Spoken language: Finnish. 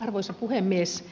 arvoisa puhemies